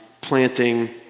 planting